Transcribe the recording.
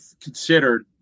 considered